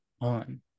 on